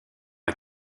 sur